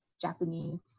Japanese